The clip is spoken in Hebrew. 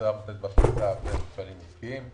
הוצאה מותנית בהכנסה למפעלים עסקיים,